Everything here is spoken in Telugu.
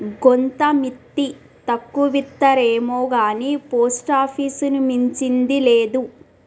గోంత మిత్తి తక్కువిత్తరేమొగాని పోస్టాపీసుని మించింది లేదు